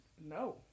no